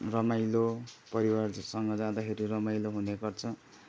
रमाइलो परिवारसँग जाँदाखेरि रमाइलो हुने गर्छ